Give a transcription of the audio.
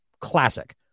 classic